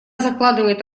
закладывает